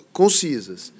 concisas